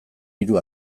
hiru